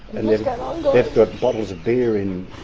and they've got and they've got bottles of beer in